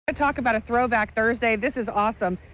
to talk about a throwback thursday this is awesome.